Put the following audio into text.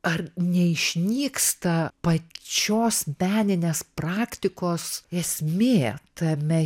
ar neišnyksta pačios meninės praktikos esmė tame